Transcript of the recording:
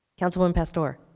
councilwoman pastor.